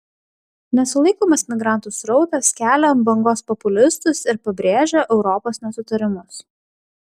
nesulaikomas migrantų srautas kelia ant bangos populistus ir pabrėžia europos nesutarimus